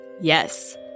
yes